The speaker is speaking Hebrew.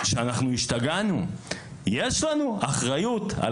שאנחנו השתגענו ממנו: "יש לנו אחריות על